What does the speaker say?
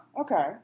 Okay